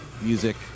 music